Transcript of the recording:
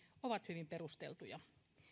ovat hyvin perusteltuja